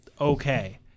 okay